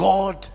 God